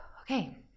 okay